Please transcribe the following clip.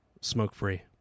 smoke-free